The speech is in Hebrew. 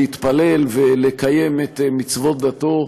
להתפלל ולקיים את מצוות דתו,